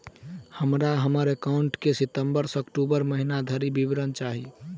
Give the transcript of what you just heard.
हमरा हम्मर एकाउंट केँ सितम्बर सँ अक्टूबर महीना धरि विवरण चाहि?